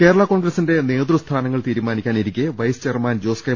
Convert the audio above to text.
കേരള കോൺഗ്രസിന്റെ നേതൃസ്ഥാനങ്ങൾ തീരുമാനിക്കാനിരിക്കെ വൈസ് ചെയർമാൻ ജോസ് കെ